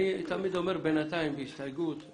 אני תמיד אומר "בינתיים" בהסתייגות כי